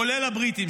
כולל הבריטים,